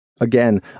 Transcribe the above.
Again